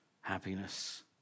happiness